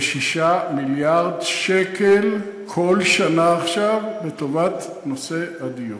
כ-6 מיליארד שקל בכל שנה עכשיו לטובת נושא הדיור.